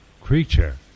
creature